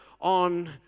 on